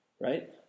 right